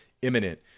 imminent